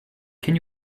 can